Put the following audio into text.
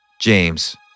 James